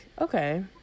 okay